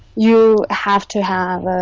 you have to have